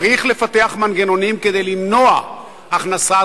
צריך לפתח מנגנונים כדי למנוע הכנסת